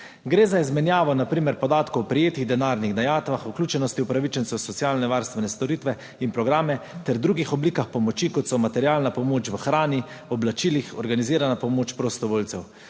Gre za izmenjavo na primer podatkov o prejetih denarnih dajatvah, vključenosti upravičencev v socialnovarstvene storitve in programe ter drugih oblikah pomoči, kot so materialna pomoč v hrani, oblačilih, organizirana pomoč prostovoljcev,